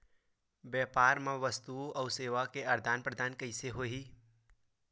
व्यापार मा वस्तुओ अउ सेवा के आदान प्रदान कइसे होही?